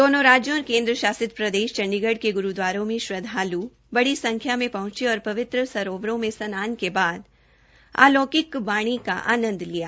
दोनों राज्यों और केन्द्र शासित प्रदेश चंडीगढ़ के ग्रूदवारों में श्रद्वाल् बड़ी संख्या में पहंचे और पवित्र सरोवरों में स्नान के बाद आलौकिक वाणी का आनंद लिया